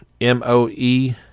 M-O-E